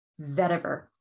vetiver